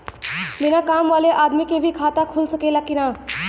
बिना काम वाले आदमी के भी खाता खुल सकेला की ना?